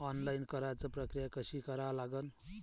Online कराच प्रक्रिया कशी करा लागन?